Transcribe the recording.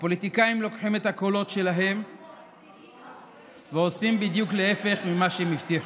הפוליטיקאים לוקחים את הקולות שלהם ועושים בדיוק להפך ממה שהם הבטיחו.